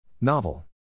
Novel